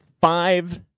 five